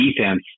defense